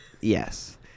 Yes